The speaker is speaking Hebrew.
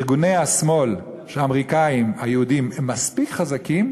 ארגוני השמאל של האמריקנים היהודים הם מספיק חזקים,